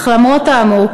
אך למרות האמור,